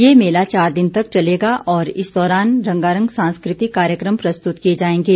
ये मेला चार दिन तक चलेगा और इस दौरान रंगारंग सांस्कृतिक कार्यक्रम प्रस्तुत किए जाएंगे